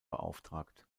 beauftragt